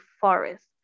forest